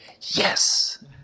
yes